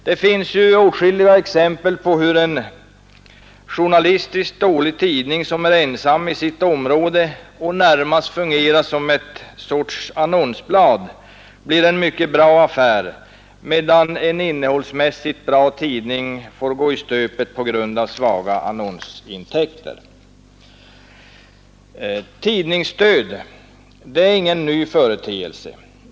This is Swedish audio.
Det finns ju åtskilliga exempel på att en journalistiskt dålig tidning som är ensam i sitt område och närmast fungerar som en sorts annonsblad blir en mycket bra affär, medan en innehållsmässigt bra tidning får gå i stöpet på grund av svaga annonsintäkter. Tidningsstöd är ingen ny företeelse.